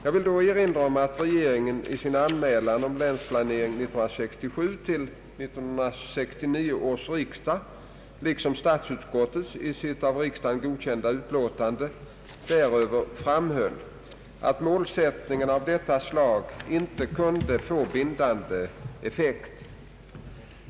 Jag vill då erinra om att regeringen i sin anmälan av Länsplanering 1967 till 1969 års riksdag liksom statsutskottet i sitt av riksdagen godkända utlåtande däröver framhöll, att målsättningar av detta slag inte kunde få bindande effekt.